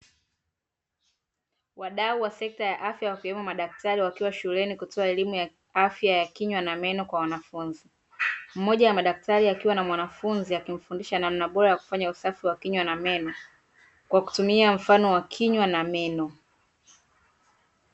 Wadau wa sekta ya afya wakiwemo madaktari wakiwa shuleni kutoa elimu ya afya ya kinywa na meno kwa wanafunzi. Mmoja wa madaktari akiwa na mwanafunzi akimfundisha namna bora ya kufanya usafi wa kinywa na meno kwa kutumia mfano wa kinywa na meno.